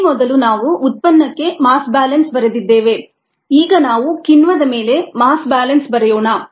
ಈ ಮೊದಲು ನಾವು ಉತ್ಪನ್ನಕ್ಕೆ ಮಾಸ್ ಬ್ಯಾಲೆನ್ಸ್ ಬರೆದಿದ್ದೇವೆ ಈಗ ನಾವು ಕಿಣ್ವದ ಮೇಲೆ ಮಾಸ್ ಬ್ಯಾಲೆನ್ಸ್ ಬರೆಯೋಣ